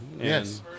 Yes